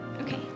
Okay